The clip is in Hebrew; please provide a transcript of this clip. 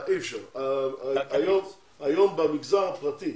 היום במגזר הפרטי,